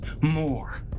More